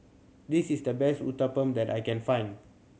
this is the best Uthapam that I can find